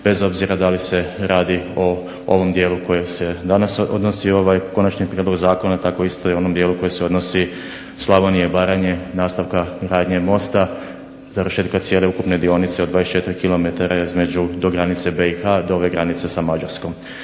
bez obzira da li se radi o ovom dijelu koji se danas odnosi, ovaj konačni prijedlog zakona, tako isto i u onom dijelu koji se odnosi Slavonije i Baranje, nastavka gradnje mosta, završetka cijele ukupne dionice od 24 km do granice BiH, do ove granice sa Mađarskom.